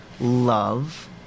love